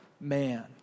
man